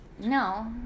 No